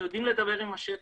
אנחנו יודעים לדבר עם השטח.